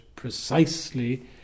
precisely